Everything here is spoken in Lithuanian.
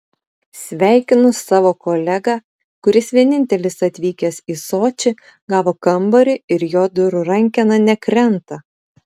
sveikinu savo kolegą kuris vienintelis atvykęs į sočį gavo kambarį ir jo durų rankena nekrenta